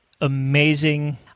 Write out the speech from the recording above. amazing